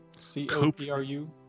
C-O-P-R-U